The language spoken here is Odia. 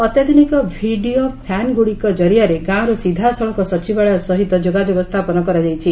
ଅତ୍ୟାଧୁନିକ ଭିଡ଼ିଓ ଭ୍ୟାନ୍ଗୁଡ଼ିକ ଜରିଆରେ ଗାଁରୁ ସିଧାସଳଖ ସଚିବାଳୟ ସହିତ ଯୋଗାଯୋଗ ସ୍ଛାପନ କରାଯାଇଛି